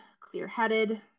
clear-headed